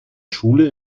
schule